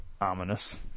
Ominous